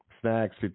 Snacks